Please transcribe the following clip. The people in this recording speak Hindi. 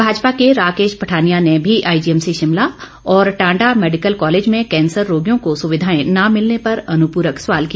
भाजपा के राकेश पठानिया ने भी आईजीएमसी शिमला और टांडा मैडिकल कॉलेज में कैंसर रोगियों को सुविधाएं न मिलने पर अनुपूरक सवाल किया